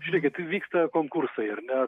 žiūrėkit vyksta konkursai ar ne